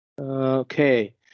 Okay